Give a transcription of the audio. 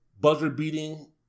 buzzer-beating